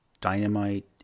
Dynamite